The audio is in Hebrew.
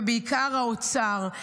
ובעיקר האוצר.